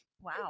wow